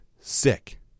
sick